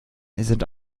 sind